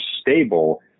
stable